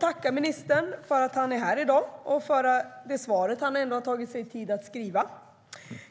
tackar ministern för att han är här i dag och för det svar som han har tagit sig tid att lämna.